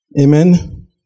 Amen